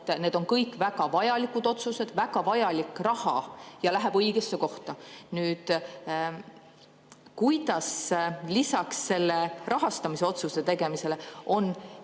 need on kõik väga vajalikud otsused, väga vajalik raha läheb õigesse kohta. Aga kuidas lisaks nende rahastamisotsuste tegemisele on